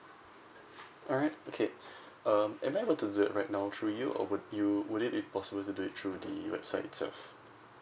alright okay um am I able to do it right now through you or would you would it be possible to do it through the website itself